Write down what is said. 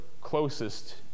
closest